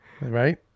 Right